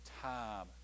time